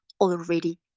already